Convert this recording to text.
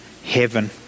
heaven